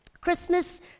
Christmas